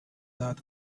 that